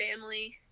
family